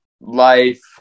life